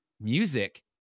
music